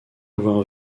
avoir